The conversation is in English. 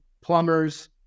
plumbers